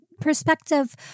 perspective